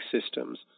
systems